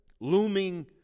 looming